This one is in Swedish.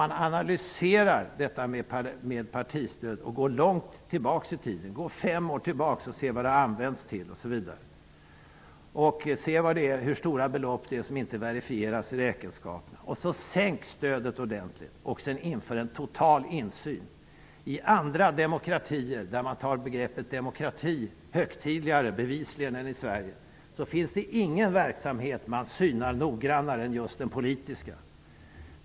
Det borde vara tillräckligt för att man skulle analysera partistödet långt, fem år, tillbaka i tiden och se vad det har använts till. Det borde undersökas hur stora belopp som inte redovisas i räkenskaperna. Vi borde sänka stödet ordentligt och införa total insyn. I andra demokratier, där man bevisligen tar begreppet demokrati högtidligare än i Sverige, finns det ingen verksamhet som man synar noggrannare än just den politiska.